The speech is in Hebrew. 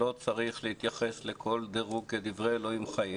שלא צריך להתייחס לכל דירוג כדברי אלוהים חיים,